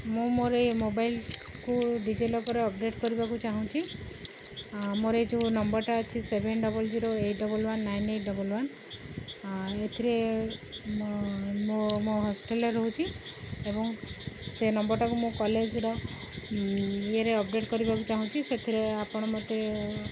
ମୁଁ ମୋର ଏ ମୋବାଇଲକୁ ଡିଜଲକରରେ ଅପଡେଟ୍ କରିବାକୁ ଚାହୁଁଛି ମୋର ଏଇ ଯୋଉ ନମ୍ବରଟା ଅଛି seven double zero eight double one nine eight double one ଏଥିରେ ମୋ ମୋ ହଷ୍ଟେଲରେ ରହୁଛି ଏବଂ ସେ ନମ୍ବରଟାକୁ ମୋ କଲେଜର ଇଏରେ ଅପଡେଟ୍ କରିବାକୁ ଚାହୁଁଛି ସେଥିରେ ଆପଣ ମୋତେ